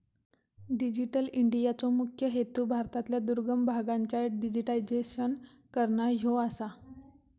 digital इंडियाचो मुख्य हेतू भारतातल्या दुर्गम भागांचा डिजिटायझेशन करना ह्यो आसा